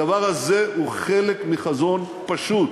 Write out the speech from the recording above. הדבר הזה הוא חלק מחזון פשוט: